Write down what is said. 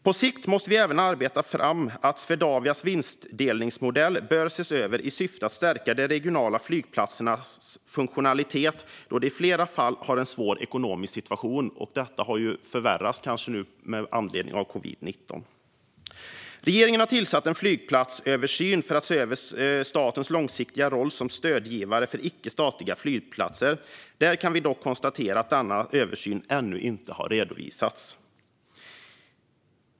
På sikt måste vi även arbeta för att Swedavias vinstdelningsmodell bör ses över i syfte att stärka de regionala flygplatsernas funktionalitet, eftersom de i flera fall har en svår ekonomisk situation. Detta har förvärrats med anledning av covid-19. Regeringen har tillsatt en flygplatsöversyn för att se över statens långsiktiga roll som stödgivare för icke-statliga flygplatser. Vi kan dock konstatera att denna översyn ännu inte har redovisats.